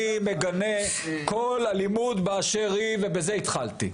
אני מגנה כל אלימות באשר היא ובזה התחלתי.